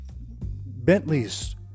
Bentleys